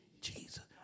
Jesus